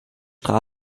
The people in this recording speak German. der